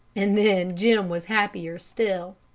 and then jim was happier still.